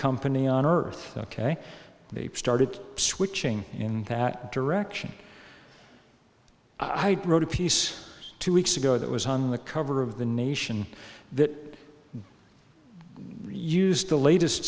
company on earth ok they started switching in that direction i wrote a piece two weeks ago that was on the cover of the nation that used the latest